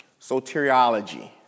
Soteriology